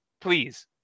please